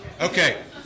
Okay